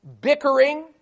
bickering